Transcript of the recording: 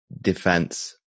defense